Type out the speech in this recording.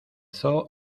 zoo